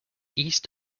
east